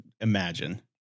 imagine